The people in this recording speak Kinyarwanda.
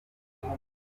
ubuntu